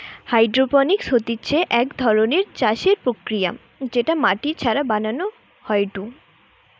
hydroponics হতিছে এক ধরণের চাষের প্রক্রিয়া যেটা মাটি ছাড়া বানানো হয়ঢু